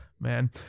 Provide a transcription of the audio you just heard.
Man